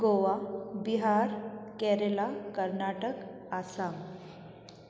Goa Bihar Kerala Karnataka Assam